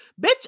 Bitch